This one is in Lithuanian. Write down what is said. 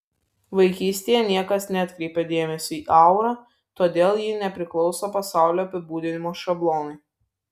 vaikystėje niekas neatkreipė dėmesio į aurą todėl ji nepriklauso pasaulio apibūdinimo šablonui